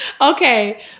Okay